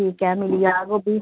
ठीक ऐ मिली जाग ओह्बी